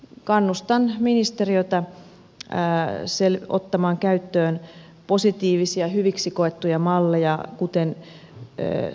kannustan ministeriötä ottamaan käyttöön positiivisia hyviksi koettuja malleja kuten sietopalkkio